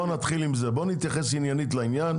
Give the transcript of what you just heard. נתייחס עניינית לעניין.